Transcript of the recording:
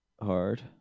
hard